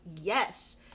yes